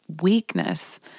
weakness